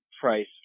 price